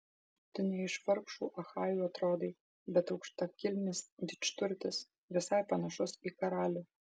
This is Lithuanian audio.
tu ne iš vargšų achajų atrodai bet aukštakilmis didžturtis visai panašus į karalių